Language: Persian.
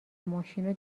ماشینو